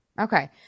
Okay